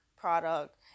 product